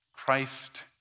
Christ